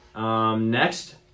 Next